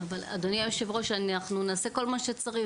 אדוני היושב ראש, אנחנו נעשה כל מה שצריך.